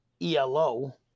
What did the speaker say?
elo